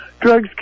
drugs